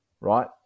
Right